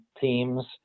teams